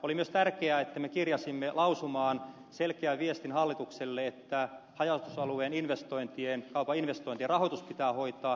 oli myös tärkeää että me kirjasimme lausumaan selkeän viestin hallitukselle että haja asutusalueen kaupan investointien rahoitus pitää hoitaa